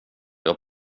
jag